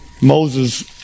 Moses